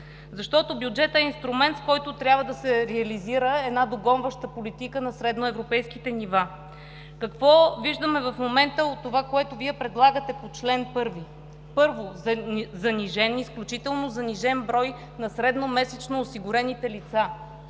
година. Бюджетът е инструмент, с който трябва да се реализира една догонваща политика на средноевропейските нива. Какво виждаме в момента от това, което Вие предлагате по чл. 1? Първо, изключително занижен брой на средномесечно осигурените лица.